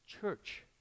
church